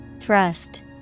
Thrust